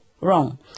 wrong